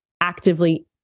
actively